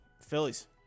Phillies